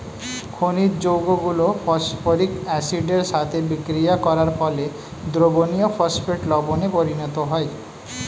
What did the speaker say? খনিজ যৌগগুলো ফসফরিক অ্যাসিডের সাথে বিক্রিয়া করার ফলে দ্রবণীয় ফসফেট লবণে পরিণত হয়